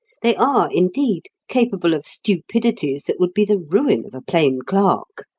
they are, indeed, capable of stupidities that would be the ruin of a plain clerk.